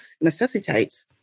necessitates